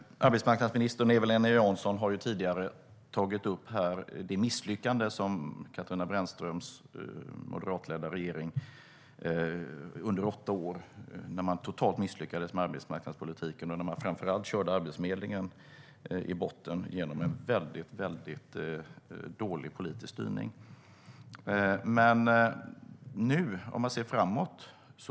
Arbetsmarknadsministern och Eva-Lena Jansson har tidigare tagit upp hur Katarina Brännströms moderatledda regering under åtta år totalt misslyckades med arbetsmarknadspolitiken och framför allt körde Arbetsförmedlingen i botten genom en väldigt dålig politisk styrning.